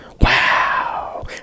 Wow